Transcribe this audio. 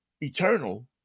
eternal